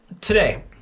today